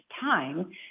time